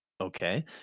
Okay